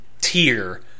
tier